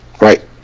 Right